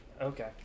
Okay